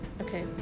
Okay